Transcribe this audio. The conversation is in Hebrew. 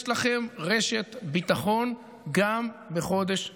יש לכם רשת ביטחון גם בחודש דצמבר.